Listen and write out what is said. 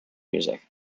music